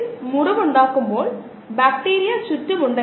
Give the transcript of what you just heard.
കരൾ വൃക്ക തുടങ്ങിയവ തീർച്ചയായും ഉണ്ടാകും